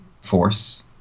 force